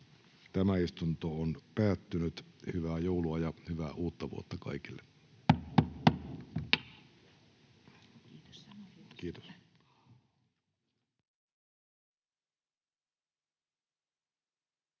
Tämä istunto on päättynyt. Hyvää joulua ja hyvää uutta vuotta kaikille!